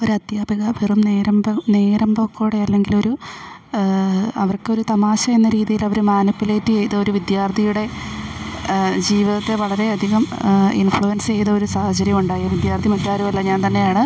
ഒരധ്യാപിക വെറും നേരമ്പോക്കോടെ അല്ലെങ്കിലൊരു അവർക്കൊരു തമാശ എന്ന രീതിയിലവര് മാനിപ്പുലേറ്റ്യ്ത ഒരു വിദ്യാർത്ഥിയുടെ ജീവിതത്തെ വളരെയധികം ഇൻഫ്ലുവൻസ്യ്തൊരു സാഹചര്യമുണ്ടായി വിദ്യാർത്ഥി മറ്റാരുമല്ല ഞാൻ തന്നെയാണ്